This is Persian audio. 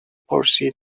پرسید